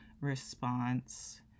response